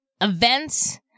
events